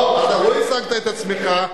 פה לא ייצגת את עצמך,